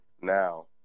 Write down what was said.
now